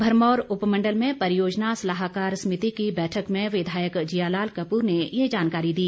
भरमौर उपमंडल में परियोजना सलाहकार समिति की बैठक में विधायक जियालाल कपूर ने ये जानकारी दी